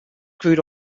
crude